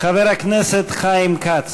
חבר הכנסת חיים כץ,